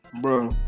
bro